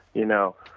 you know.